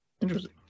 Interesting